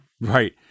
right